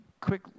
quick